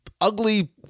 ugly